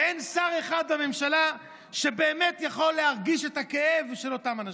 ואין שר אחד בממשלה שבאמת יכול להרגיש את הכאב של אותם אנשים.